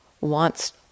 wants